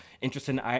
interesting